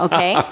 Okay